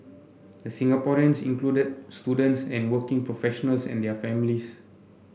the Singaporeans included students and working professionals and their families